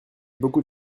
beaucoup